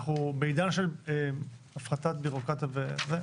אנחנו בעידן של הפחתת בירוקרטיה.